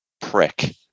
prick